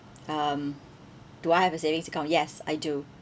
um do I have a savings account yes I do